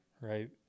right